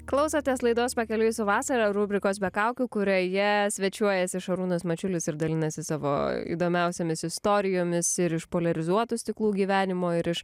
klausotės laidos pakeliui su vasara rubrikos be kaukių kurioje svečiuojasi šarūnas mačiulis ir dalinasi savo įdomiausiomis istorijomis ir iš poliarizuotų stiklų gyvenimo ir iš